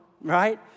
right